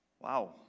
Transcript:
Wow